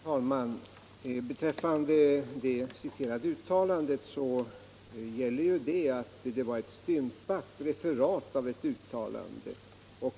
Herr talman! Beträffande det citerade uttalandet så var det ett stympat referat av ett uttalande.